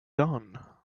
done